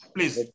Please